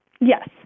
Yes